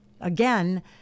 again